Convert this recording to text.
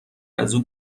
ازاو